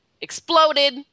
exploded